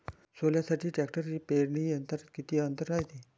सोल्यासाठी ट्रॅक्टर पेरणी यंत्रात किती अंतर रायते?